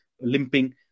limping